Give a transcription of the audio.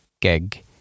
gig